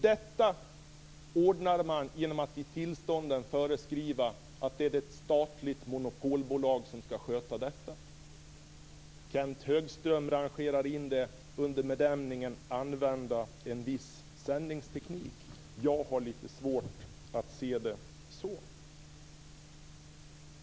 Detta löser man genom att i tillstånden föreskriva att det är ett statligt monopolbolag som skall sköta det hela. Kenth Högström rangerar in detta under benämningen "använda viss sändningsteknik". Jag har lite svårt att se det så.